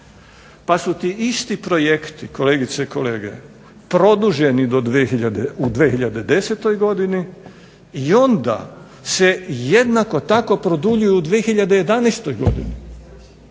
pa su ti isti projekti, kolegice i kolege, produženi u 2010. godini i onda se jednako tako produljuju u 2011. godini